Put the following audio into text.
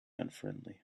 unfriendly